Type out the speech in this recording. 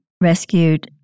rescued